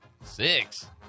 six